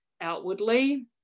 outwardly